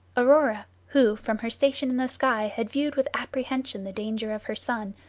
aurora, who from her station in the sky had viewed with apprehension the danger of her son,